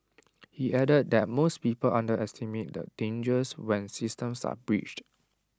he added that most people underestimate the dangers when systems are breached